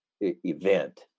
event